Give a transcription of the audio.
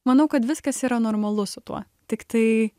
manau kad viskas yra normalu su tuo tiktai